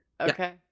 okay